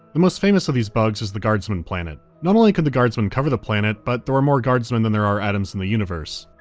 the most famous of these bugs is the guardsmen planet. not only can the guardsmen cover the planet, but there are more guardsmen than there are atoms in the universe.